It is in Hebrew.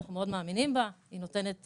אנחנו מאוד מאמינים בה, היא נותנת